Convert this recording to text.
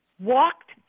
walked